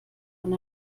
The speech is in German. von